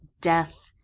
Death